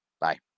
Bye